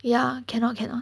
ya cannot cannot